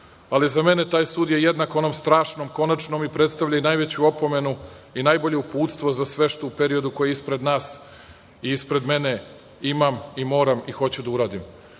ali za mene taj sud je jednak onom strašnom, konačnom i predstavlja najveću opomenu i najbolje uputstvo za sve što u periodu koji je ispred nas i ispred mene imam i moram i hoću da uradim,